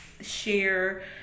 share